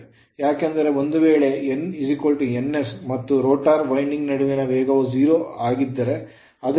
ಏಕೆಂದರೆ ಒಂದು ವೇಳೆ n ns ಸ್ಟ್ಯಾಟರ್ ಫೀಲ್ಡ್ ಮತ್ತು ರೋಟರ್ ವೈಂಡಿಂಗ್ ನಡುವಿನ ಸಾಪೇಕ್ಷ ವೇಗವು 0 ಆಗಿರುತ್ತದೆ